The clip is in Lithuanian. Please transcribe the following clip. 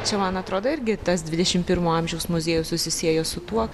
čia man atrodo irgi tas dvidešimt pirmo amžiaus muziejus susisiejo su tuo